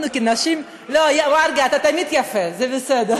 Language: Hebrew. אנחנו, כנשים, לא, מרגי, אתה תמיד יפה, זה בסדר.